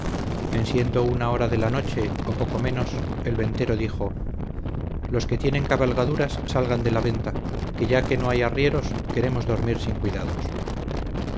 en siendo una hora de la noche o poco menos el ventero dijo los que tienen cabalgaduras salgan de la venta que ya que no hay arrieros queremos dormir sin cuidados